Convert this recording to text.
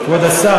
כבוד השר,